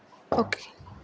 okay